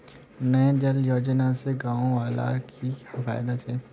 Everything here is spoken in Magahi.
नल जल योजना से गाँव वालार की की फायदा छे?